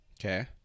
Okay